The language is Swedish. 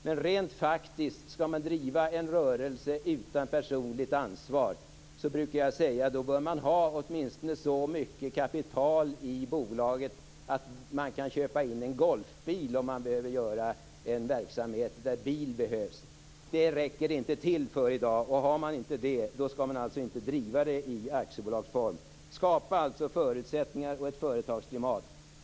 Men rent faktiskt brukar jag säga att om man skall driva en rörelse utan personligt ansvar bör man ha åtminstone så mycket kapital i bolaget att man köpa in en Golfbil, om man skall bedriva en verksamhet där bil behövs. Det räcker inte dagens kapital till. Om man inte har det skall man inte driva bolag i aktiebolagsform. Skapa alltså förutsättningar för detta och för ett bättre företagsklimat.